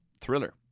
thriller